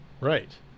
Right